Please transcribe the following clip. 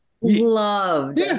loved